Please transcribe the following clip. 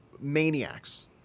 maniacs